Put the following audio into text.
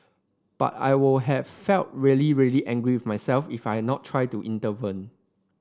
but I would have felt really really angry with myself if I not tried to intervene